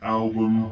album